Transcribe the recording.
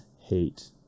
hate